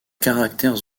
caractères